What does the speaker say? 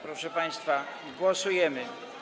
Proszę państwa, głosujemy.